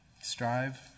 Strive